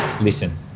listen